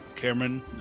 Cameron